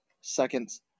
seconds